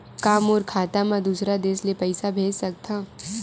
का मोर खाता म दूसरा देश ले पईसा भेज सकथव?